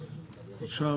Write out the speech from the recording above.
עכשיו,